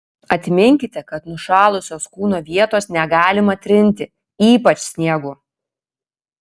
atminkite kad nušalusios kūno vietos negalima trinti ypač sniegu